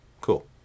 cool